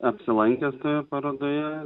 apsilankęs toje parodoje